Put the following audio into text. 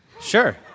Sure